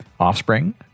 Offspring